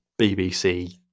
bbc